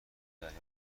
دریافت